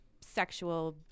sexual